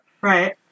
Right